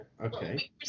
okay